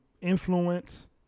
influence